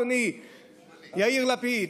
אדוני יאיר לפיד,